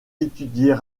étudier